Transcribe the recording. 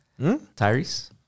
Tyrese